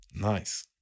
Nice